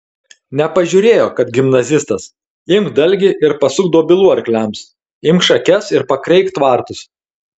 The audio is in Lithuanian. nepažiūrėjo kad gimnazistas imk dalgį ir pasuk dobilų arkliams imk šakes ir pakreik tvartus